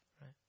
right